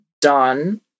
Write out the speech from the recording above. done